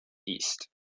east